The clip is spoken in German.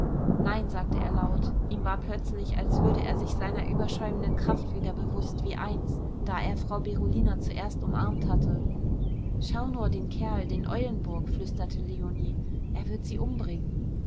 nein sagte er laut ihm war plötzlich als würde er sich seiner überschäumenden kraft wieder bewußt wie einst da er frau berolina zuerst umarmt hatte schau nur den kerl den eulenburg flüsterte leonie er wird sie umbringen